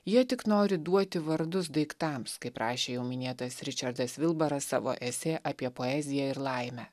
jie tik nori duoti vardus daiktams kaip rašė jau minėtas ričardas vilbaras savo esė apie poeziją ir laimę